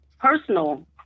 personal